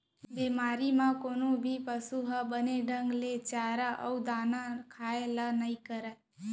बेमारी म कोनो भी पसु ह बने ढंग ले चारा अउ दाना खाए ल नइ धरय